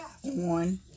One